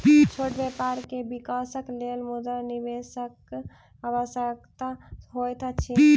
छोट व्यापार के विकासक लेल मुद्रा निवेशकक आवश्यकता होइत अछि